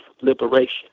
liberation